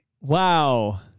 Wow